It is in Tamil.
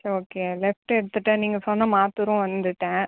சரி ஓகே லெஃப்ட் எடுத்துவிட்டேன் நீங்கள் சொன்ன மாத்தூரும் வந்துவிட்டேன்